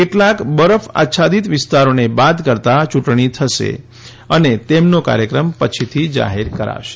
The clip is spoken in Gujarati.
કેટલાંક બરફ આચ્છાદીત વિસ્તારોને બાદ કરતાં ચૂંટણી થશે અને તેનો કાર્યક્રમ પછીથી જાહેર કરાશે